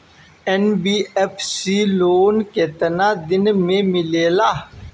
NBFC loan केतना दिन मे मिलेला?